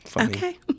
Okay